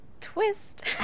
twist